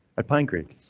at pine creek,